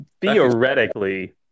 theoretically